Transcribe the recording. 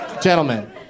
gentlemen